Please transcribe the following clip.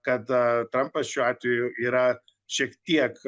kad trampas šiuo atveju yra šiek tiek